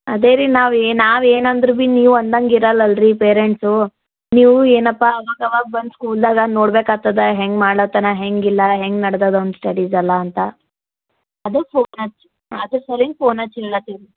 ಅದೇ ರೀ ನಾವು ನಾವು ಏನು ಅಂದ್ರುಬಿ ನೀವು ಅಂದಂಗಿರಲ್ಲ ಅಲ್ರಿ ಪೇರೆಂಟ್ಸು ನೀವು ಏನಪ್ಪ ಅವಾಗ ಅವಾಗ ಬಂದು ಸ್ಕೂಲ್ದಾಗ ನೋಡ್ಬೇಕಾತದ ಹೆಂಗೆ ಮಾಡ್ಲತ್ತನ ಹೆಂಗೆ ಇಲ್ಲ ಹೆಂಗೆ ನಡ್ದದೋ ಅವ್ನ ಸ್ಟಡೀಸ್ ಎಲ್ಲ ಅಂತ ಅದಗ ಹೋಗಾಗಿ ಅದ್ರ ಸಲೀಗೆ ಫೋನ್ ಹಚ್ಚಿಲತ್ತಿವ್